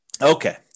Okay